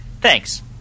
Thanks